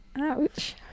Ouch